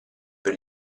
per